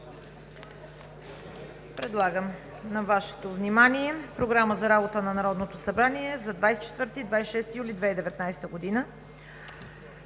предлагам на Вашето внимание Програма за работа на Народното събрание за 24 – 26 юли 2019 г.: „1.